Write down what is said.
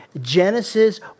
Genesis